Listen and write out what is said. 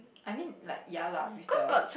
I mean like ya lah with the